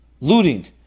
looting